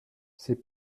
c’est